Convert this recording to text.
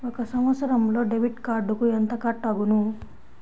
ఒక సంవత్సరంలో డెబిట్ కార్డుకు ఎంత కట్ అగును?